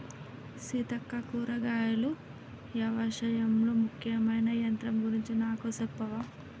సీతక్క కూరగాయలు యవశాయంలో ముఖ్యమైన యంత్రం గురించి నాకు సెప్పవా